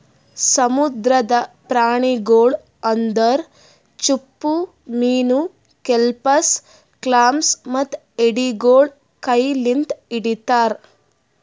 ಸಮುದ್ರದ ಪ್ರಾಣಿಗೊಳ್ ಅಂದುರ್ ಚಿಪ್ಪುಮೀನು, ಕೆಲ್ಪಸ್, ಕ್ಲಾಮ್ಸ್ ಮತ್ತ ಎಡಿಗೊಳ್ ಕೈ ಲಿಂತ್ ಹಿಡಿತಾರ್